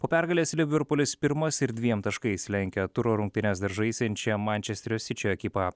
po pergalės liverpulis pirmas ir dviem taškais lenkia turo rungtynes dar žaisiančią mančesterio sičio ekipą